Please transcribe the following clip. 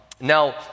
Now